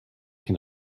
can